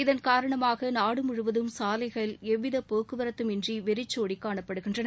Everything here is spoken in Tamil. இதன் காரணமாக நாடுமுழுவதும் சாலைகள் எவ்வித போக்குவரத்தும் இன்றி வெறிச்சோடி காணப்படுகின்றன